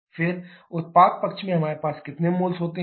फिर उत्पाद पक्ष में हमारे पास कितने मोल्स होते हैं